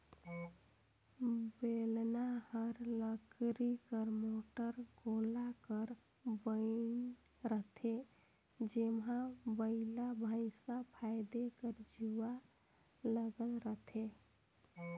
बेलना हर लकरी कर मोट गोला कर बइन रहथे जेम्हा बइला भइसा फादे कर जुवा लगल रहथे